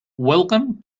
welcome